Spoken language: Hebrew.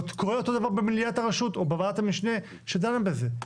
זה קורה אותו דבר במליאת הרשות או בוועדת המשנה שדנה בזה.